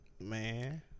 Man